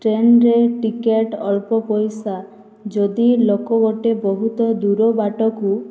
ଟ୍ରେନ୍ରେ ଟିକେଟ୍ ଅଳ୍ପ ପଇସା ଯଦି ଲୋକ ଗୋଟିଏ ବହୁତ ଦୂର ବାଟକୁ